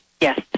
Yes